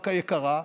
קרקע יקרה,